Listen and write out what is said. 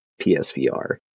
PSVR